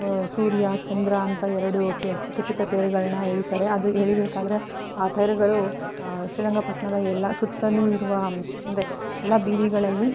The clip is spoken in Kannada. ಸೂರ್ಯ ಚಂದ್ರ ಅಂತ ಎರಡು ತೆ ಚಿಕ್ಕ ಚಿಕ್ಕ ತೇರುಗಳನ್ನು ಎಳಿತಾರೆ ಅದು ಎಳಿಬೇಕಾದರೆ ಆ ತೇರುಗಳು ಶ್ರೀರಂಗಪಟ್ಟಣದ ಎಲ್ಲ ಸುತ್ತಲೂ ಇರುವ ಅಂದರೆ ಎಲ್ಲ ಬೀದಿಗಳಲ್ಲಿ